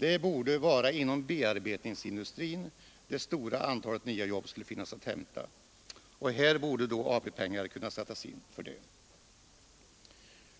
Det borde vara inom bearbetningsindustrin som det stora antalet jobb skulle finnas att hämta, och här borde AP-pengar kunna sättas in.